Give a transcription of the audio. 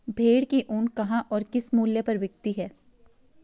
भेड़ की ऊन कहाँ और किस मूल्य पर बिकती है?